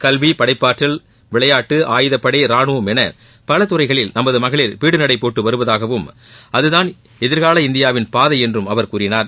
கல்வி படைப்பாற்றல் விளையாட்டு ஆயுதப்படை ரானுவம் என பல துறைகளில் நமது மகளிர் பீடுநடை போட்டு வருவதாகவும் அதுதான் எதிர்கால இந்தியாவின் பாதை என்றும் அவர் கூறினார்